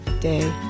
day